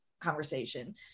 conversation